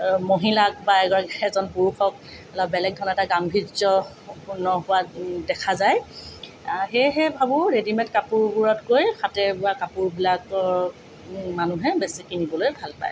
মহিলাক বা এজন এজন পুৰুষক অলপ বেলেগ ধৰণৰ এটা গাম্ভীৰ্যপূৰ্ণ হোৱা দেখা যায় সেয়েহে ভাবোঁ ৰেডিমে'ড কাপোৰবোৰতকৈ হাতেৰে বোৱা কাপোৰবিলাকৰ মানুহে বেছি কিনিবলৈ ভাল পায়